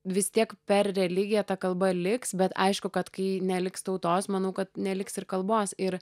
vis tiek per religiją ta kalba liks bet aišku kad kai neliks tautos manau kad neliks ir kalbos ir